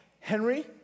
Henry